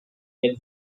jak